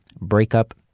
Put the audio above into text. Breakup